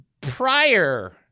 prior